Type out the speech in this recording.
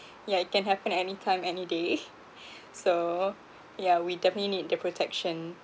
yeah it can happen anytime any day so yeah we definitely need the protection